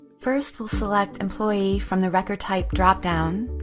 first, we'll select employee from the record type drop down.